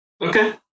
Okay